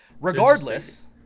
regardless